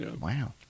Wow